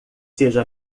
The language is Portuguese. seja